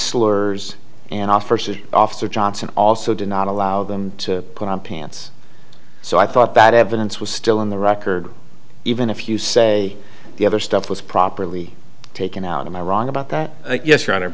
slurs and offices officer johnson also did not allow them to put on pants so i thought that evidence was still in the record even if you say the other stuff was properly taken out and i wrong about that yes